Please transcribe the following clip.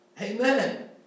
amen